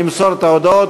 למסור את ההודעות.